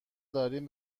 داریم